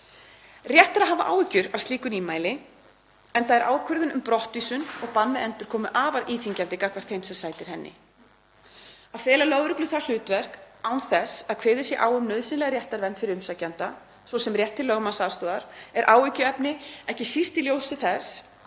Rétt er að hafa áhyggjur af slíku nýmæli, enda er ákvörðun um brottvísun og bann við endurkomu afar íþyngjandi gagnvart þeim sem sætir henni. Að fela lögreglu það hlutverk án þess að kveðið sé á um nauðsynlega réttarvernd fyrir umsækjanda, svo sem rétt til lögmannsaðstoðar, er áhyggjuefni, ekki síst í ljósi þess